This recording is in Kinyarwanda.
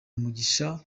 umugisha